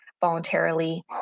voluntarily